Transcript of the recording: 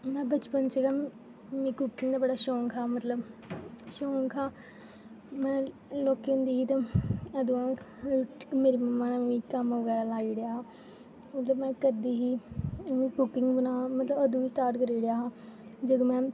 में बचपन च गै मिगी कुकिंग दा बड़ा शौंक हा मतलब शौंक हा में लोह्की होंदी ही ते अदूं मेरी मम्मी ने मिगी कम्म बगैरा लाई ओड़ेआ हा अदूं में करदी ही में कुकिंग बनान मतलब अदूं गै स्टार्ट करी ओड़ेआ हा जदूं में